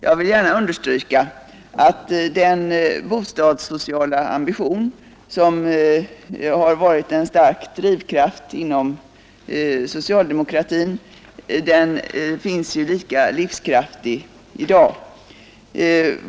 Jag vill gärna understryka att den bostadssociala ambition som varit en stark drivkraft inom socialdemokratin finns lika livskraftig i dag.